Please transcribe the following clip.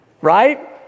Right